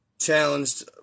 challenged